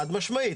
חד-משמעית.